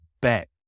bet